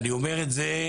אני אומר את זה,